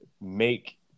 make